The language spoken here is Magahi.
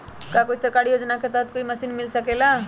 का कोई सरकारी योजना के तहत कोई मशीन मिल सकेला?